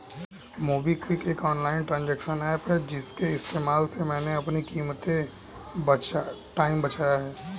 MobiKwik एक online transaction app है इसके इस्तेमाल से मैंने अपना कीमती टाइम बचाया है